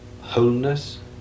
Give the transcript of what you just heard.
wholeness